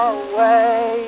away